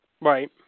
Right